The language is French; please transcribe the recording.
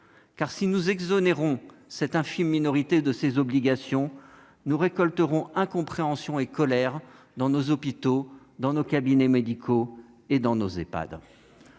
Car si nous exonérons cette infime minorité de ses obligations, nous récolterons incompréhension et colère dans nos hôpitaux, nos cabinets médicaux et nos Ehpad.